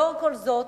לאור כל זאת,